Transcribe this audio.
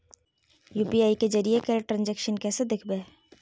UPI के जरिए कैल ट्रांजेक्शन कैसे देखबै?